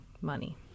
money